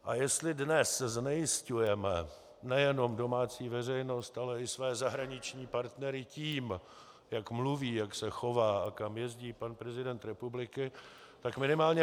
A jestli dnes znejisťujeme nejenom domácí veřejnost, ale i své zahraniční partnery tím, jak mluví, jak se chová a kam jezdí pan prezident republiky, tak minimálně